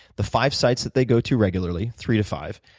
the five sites that they go to regularly, three to five.